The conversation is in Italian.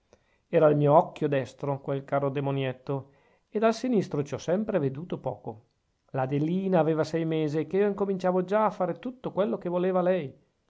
era il mio occhio destro quel caro demonietto e dal sinistro ci ho sempre veduto poco l'adelina aveva sei mesi che io incominciavo già a fare tutto quello che voleva lei